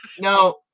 no